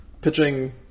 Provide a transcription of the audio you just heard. pitching